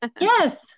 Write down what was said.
Yes